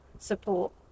support